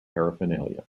paraphernalia